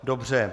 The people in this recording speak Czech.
Dobře.